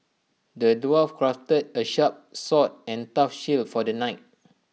the dwarf crafted A sharp sword and A tough shield for the knight